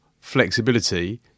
flexibility